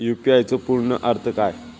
UPI चो पूर्ण अर्थ काय?